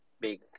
big